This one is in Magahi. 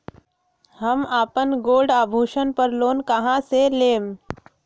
हम अपन गोल्ड आभूषण पर लोन कहां से लेम?